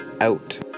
out